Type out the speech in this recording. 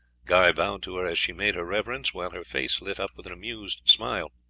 guy bowed to her as she made her reverence, while her face lit up with an amused smile.